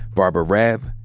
barbara raab,